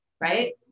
right